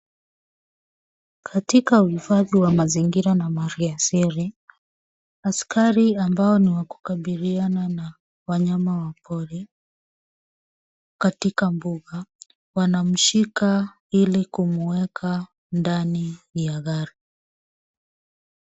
Katika uhifadhi wa mazingira na Mali asili askari ambao ni wa kukabiliana na wanyama wa pori katika mbugua wanamshika ili kumweka ndani ya gari.